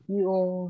yung